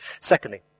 Secondly